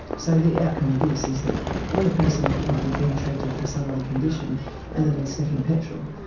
so the outcome of this is that when a person might be being treated for some other condition and they've been sniffing petrol,